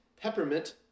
Peppermint